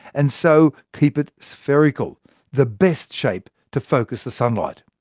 and so keep it spherical the best shape to focus the sunlight.